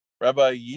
Rabbi